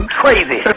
crazy